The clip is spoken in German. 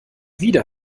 wieder